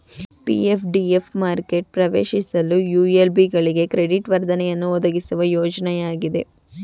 PF DF ಮಾರುಕೆಟ ಪ್ರವೇಶಿಸಲು ULB ಗಳಿಗೆ ಕ್ರೆಡಿಟ್ ವರ್ಧನೆಯನ್ನು ಒದಗಿಸುವ ಯೋಜ್ನಯಾಗಿದೆ